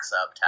up